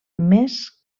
més